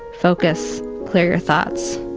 focus, clear your thoughts.